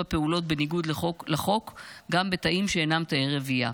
פעולות בניגוד לחוק גם בתאים שאינם תאי רבייה.